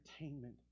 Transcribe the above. entertainment